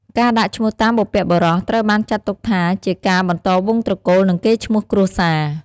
ការដាក់ឈ្មោះតាមបុព្វបុរសត្រូវបានចាត់ទុកថា ជាការបន្តវង្សត្រកូល និងកេរ្តិ៍ឈ្មោះគ្រួសារ។